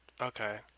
Okay